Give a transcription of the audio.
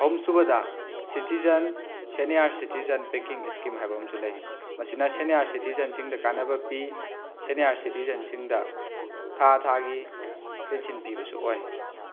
ꯑꯍꯨꯝ ꯁꯨꯕꯗ citizen senior citizen banking scheme ꯍꯥꯏꯕ ꯑꯃꯁꯨ ꯂꯩ ꯃꯁꯤꯅ ꯁꯦꯅꯤꯌꯥꯔ ꯁꯤꯇꯤꯖꯦꯟꯁꯤꯡꯗ ꯀꯥꯟꯅꯕ ꯄꯤ ꯁꯦꯅꯤꯌꯥꯔ ꯁꯤꯇꯤꯖꯦꯟꯁꯤꯡꯗ ꯊꯥ ꯊꯥꯒꯤ ꯄꯦꯟꯁꯤꯟ ꯄꯤꯕꯁꯨ ꯑꯣꯏ